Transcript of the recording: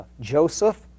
Joseph